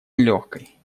нелегкой